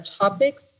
topics